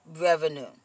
revenue